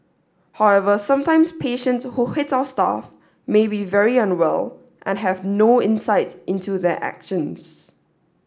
however sometimes patients who hits our staff may be very unwell and have no insight into their actions